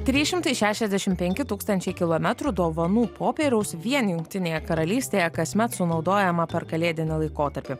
trys šimtai šešiasdešim penki tūkstančiai kilometrų dovanų popieriaus vien jungtinėje karalystėje kasmet sunaudojama per kalėdinį laikotarpį